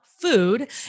food